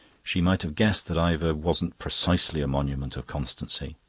she might have guessed that ivor wasn't precisely a monument of constancy.